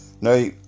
Now